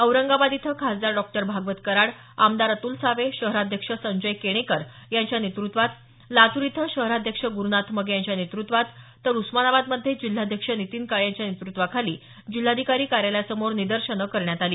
औरंगाबाद इथं खासदार डॉ भागवत कराड आमदार अतुल सावे शहराध्यक्ष संजय केणेकर यांच्या नेत़त्वात लातूर इथं शहराध्यक्ष गुरुनाथ मगे यांच्या नेतृत्वात तर उस्मानाबादमध्ये जिल्हाध्यक्ष नितीन काळे यांच्या नेतृत्वाखाली जिल्हाधिकारी कार्यालयासमोर निदर्शनं करण्यात आली